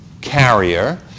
carrier